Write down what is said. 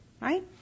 Right